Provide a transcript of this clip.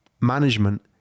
management